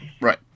right